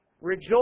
Rejoice